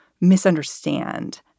misunderstand